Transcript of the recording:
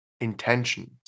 intentions